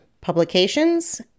publications